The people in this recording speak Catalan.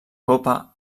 copa